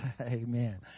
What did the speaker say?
Amen